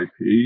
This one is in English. IP